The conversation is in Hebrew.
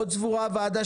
עוד סבורה הוועדה,